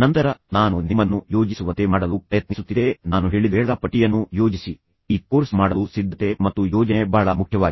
ಮಾಡ್ಯೂಲ್ನಲ್ಲಿ ನೋಡಿದರೆ ನಾನು ನಿಮ್ಮನ್ನು ಈ ಕೋರ್ಸ್ ನೊಂದಿಗೆ ಉತ್ತಮವಾಗಿ ಸಿದ್ಧವಾಗಲು ಪ್ರಯತ್ನ ಮಾಡುತ್ತಿದ್ದೆ ನಂತರ ನಾನು ನಿಮ್ಮನ್ನು ಯೋಜಿಸುವಂತೆ ಮಾಡಲು ಪ್ರಯತ್ನಿಸುತ್ತಿದ್ದೆ ನಾನು ಹೇಳಿದ ವೇಳಾಪಟ್ಟಿಯನ್ನು ಯೋಜಿಸಿ ಈ ಕೋರ್ಸ್ ಮಾಡಲು ಸಿದ್ಧತೆ ಮತ್ತು ಯೋಜನೆ ಬಹಳ ಮುಖ್ಯವಾಗಿದೆ